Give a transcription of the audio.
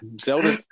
Zelda